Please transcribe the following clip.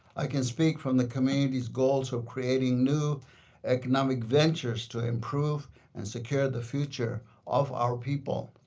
i can speak from the community's goals of creating new economic ventures to improve and secure the future of our people.